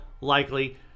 likely